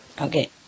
Okay